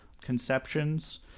conceptions